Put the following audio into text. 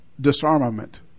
disarmament